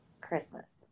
Christmas